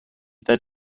that